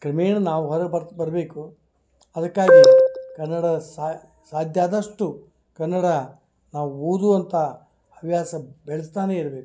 ಕ್ರಮೇಣ ನಾವು ಹೊರಗೆ ಬತ್ ಬರಬೇಕು ಅದಕ್ಕಾಗಿ ಕನ್ನಡ ಸದ್ಯ ಆದಷ್ಟು ಕನ್ನಡ ನಾವು ಓದುವಂಥ ಹವ್ಯಾಸ ಬೆಳೆಸ್ತಾನೇ ಇರಬೇಕು